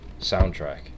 soundtrack